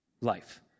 life